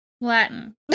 Latin